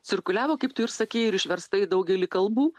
cirkuliavo kaip tu ir sakei ir išversta į daugelį kalbų